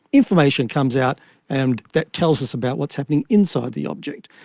information comes out and that tells us about what is happening inside the object.